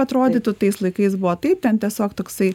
atrodytų tais laikais buvo taip ten tiesiog toksai